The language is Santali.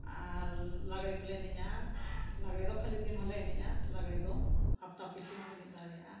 ᱟᱨ ᱞᱟᱜᱽᱬᱮ ᱠᱚᱞᱮ ᱮᱱᱮᱡᱼᱟ ᱞᱟᱜᱽᱬᱮ ᱫᱚ ᱠᱷᱟᱹᱞᱤ ᱫᱤᱱ ᱦᱚᱸᱞᱮ ᱮᱱᱮᱡᱼᱟ ᱞᱟᱜᱽᱬᱮ ᱫᱚ ᱦᱟᱯᱛᱟ ᱯᱤᱪᱷᱟᱹ ᱦᱚᱢ ᱮᱱᱮᱡ ᱫᱟᱲᱮᱭᱟᱜᱼᱟ